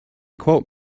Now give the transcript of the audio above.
quote